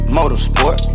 Motorsport